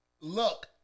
Look